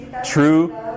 true